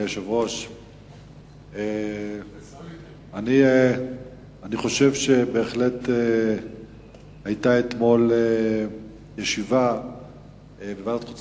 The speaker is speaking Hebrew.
אני חושב בהחלט שבישיבה שהיתה אתמול בוועדת חוץ